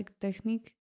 technique